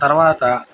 తరువాత